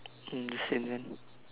mm the same then